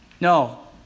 No